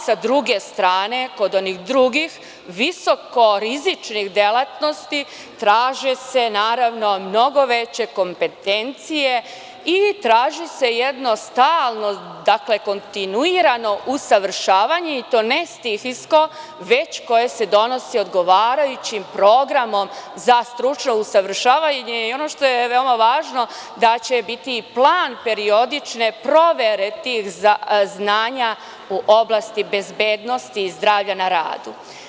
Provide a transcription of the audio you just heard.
Sa druge strane, kod onih drugih, visoko rizičnih delatnosti, traže se naravno mnogo veće kompetencije i traži se jedno stalno, kontinuirano usavršavanje, i to ne stihijsko, već koje se donosi odgovarajućim programom za stručno usavršavanje, a ono što je veoma važno, da će biti plan periodične provere tih znanja u oblasti bezbednosti i zdravlja na radu.